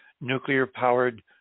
nuclear-powered